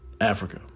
Africa